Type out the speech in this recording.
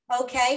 Okay